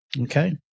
okay